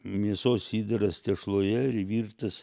mėsos įdaras tešloje ir virtas